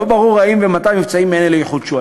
לא ברור אם ומתי מבצעים מעין אלה יחודשו.